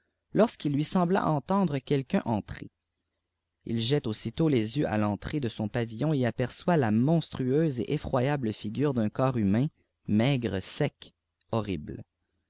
lorsqu'il lui sembla entendre quëlqu un entrer il jette aussitôt les yeux à l'entrée de son pavillon et aperçoit la monstitiéuse et efifroyable figure d'un corps humain maigre sec horrible